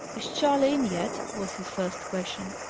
is charley in yet? was his first question.